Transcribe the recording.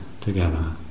together